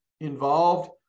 involved